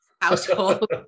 household